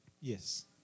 Yes